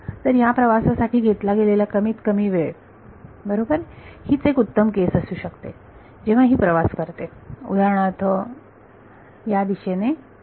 तर या प्रवासासाठी घेतला गेलेला कमीत कमी वेळ बरोबर हीच एक उत्तम केस असू शकते जेव्हा ही वेव्ह प्रवास करते उदाहरणार्थ या दिशेने ही अशी